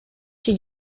cię